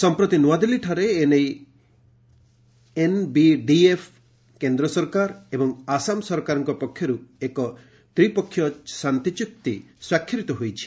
ସଂପ୍ରତି ନୂଆଦିଲ୍ଲୀଠାରେ ଏ ନେଇ ଏନ୍ବିଡିଏଫ୍ କେନ୍ଦ୍ର ସରକାର ଏବଂ ଆସାମ ସରକାରଙ୍କ ପକ୍ଷରୁ ଏକ ତ୍ରିପେକ୍ଷୀୟ ଶାନ୍ତିଚୁକ୍ତି ସ୍ୱାକ୍ଷରିତ ହୋଇଛି